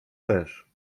też